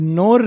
no